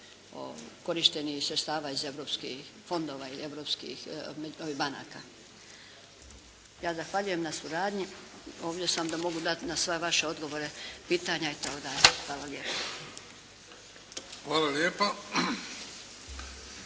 korištenih sredstava iz europskih fondova i europskih banaka. Ja zahvaljujem na suradnji. Ovdje sam da mogu dati na sve vaše odgovore, pitanja itd. Hvala lijepo. **Bebić,